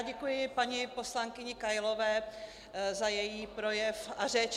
Děkuji paní poslankyni Kailové za její projev a řeč.